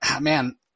man –